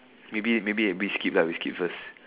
maybe maybe a rich kid we skip first